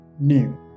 new